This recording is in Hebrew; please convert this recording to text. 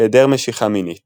היעדר משיכה מינית